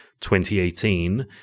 2018